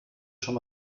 schon